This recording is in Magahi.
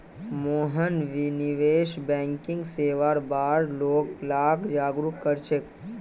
मोहन निवेश बैंकिंग सेवार बार लोग लाक जागरूक कर छेक